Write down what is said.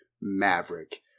Maverick